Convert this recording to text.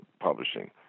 publishing